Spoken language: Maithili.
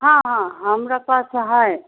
हँ हँ हमरा पास हइ